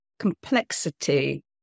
complexity